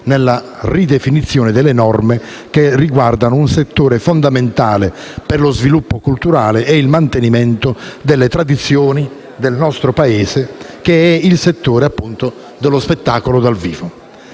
nella ridefinizione delle norme che riguardano un settore fondamentale per lo sviluppo culturale e il mantenimento delle tradizioni del nostro Paese, che è il settore dello spettacolo dal vivo.